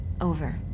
Over